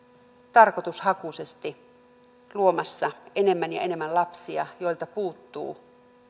tarkoitushakuisesti luomassa enemmän ja enemmän lapsia joilta puuttuu